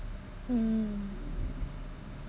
hmm